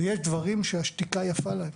ויש דברים שהשתיקה יפה להם.